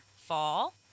Fall